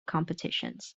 competitions